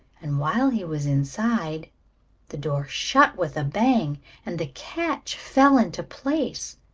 and while he was inside the door shut with a bang and the catch fell into place.